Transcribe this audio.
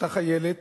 אותה חיילת